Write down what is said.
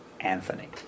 Anthony